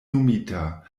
nomita